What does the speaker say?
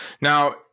now